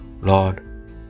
Lord